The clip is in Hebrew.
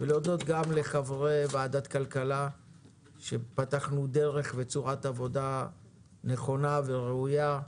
אני רוצה להודות לחברי ועדת כלכלה שפתחנו דרך וצורת עבודה נכונה וראויה,